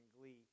glee